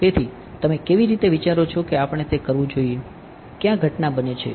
તેથી તમે કેવી રીતે વિચારો છો કે આપણે તે કરવું જોઈએ ક્યાં ઘટના બને છે